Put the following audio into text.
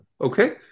Okay